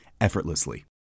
effortlessly